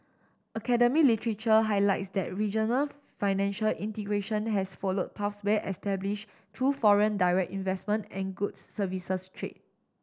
academy literature highlights that regional financial integration has followed pathways established through foreign direct investment and goods services trade